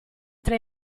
tra